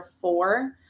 four